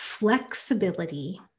flexibility